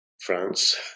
France